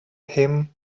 him